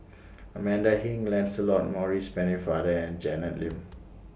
Amanda Heng Lancelot Maurice Pennefather and Janet Lim